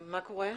מאוד,